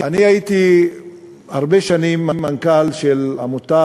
אני הייתי הרבה שנים מנכ"ל של עמותה